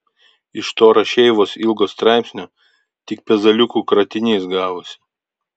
iš to rašeivos ilgo straipsnio tik pezaliukų kratinys gavosi